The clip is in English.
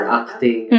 acting